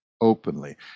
openly